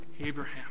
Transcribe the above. Abraham